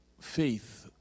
faith